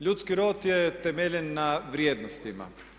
Ljudski rod je temeljen na vrijednostima.